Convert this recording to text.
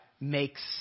makes